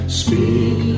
speak